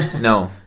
No